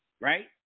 right